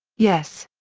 yes.